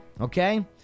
Okay